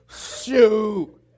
shoot